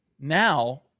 Now